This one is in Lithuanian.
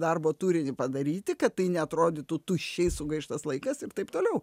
darbo turinį padaryti kad tai neatrodytų tuščiai sugaištas laikas ir taip toliau